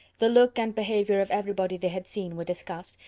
the look and behaviour of everybody they had seen were discussed,